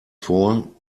vor